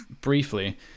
Briefly